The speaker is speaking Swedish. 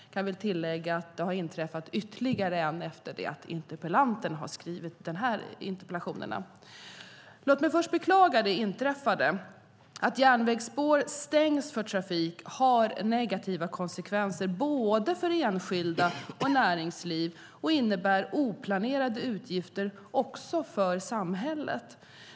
Jag vill tillägga att det har inträffat ytterligare en urspårningsolycka efter det att interpellanterna skrev interpellationerna. Låt mig först beklaga det inträffade. Att järnvägsspår stängs för trafik har negativa konsekvenser för både enskilda och näringsliv och innebär oplanerade utgifter också för samhället.